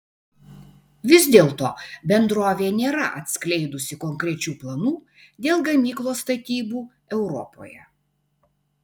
vis dėlto bendrovė nėra atskleidusi konkrečių planų dėl gamyklos statybų europoje